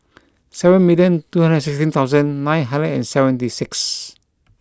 seven million two hundred sixteen thousand nine hundred and seventy six